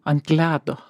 ant ledo